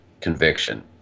conviction